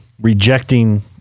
rejecting